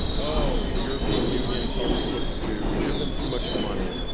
oh the european union tells us what to do. we give them too much money,